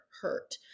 hurt